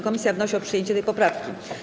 Komisja wnosi o przyjęcie tej poprawki.